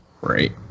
right